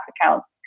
accounts